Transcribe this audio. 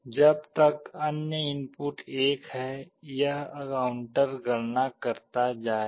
जब तक अन्य इनपुट 1 है यह काउंटर गणना करता जाएगा